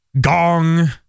Gong